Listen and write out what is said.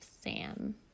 Sam